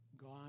God